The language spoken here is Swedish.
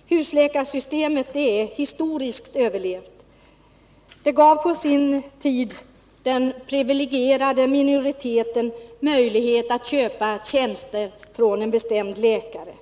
Herr talman! Vi är principiellt emot ett husläkarsystem som alternativ till en utbyggnad av öppenvården, som vi förordar. Husläkarsystemet är en historisk överleva, och det är dessutom reaktionärt. Det gav på sin tid den privilegierade minoriteten möjlighet att köpa tjänster av en bestämd läkare.